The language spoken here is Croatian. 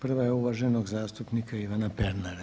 Prva je uvaženog zastupnika Ivana Pernara.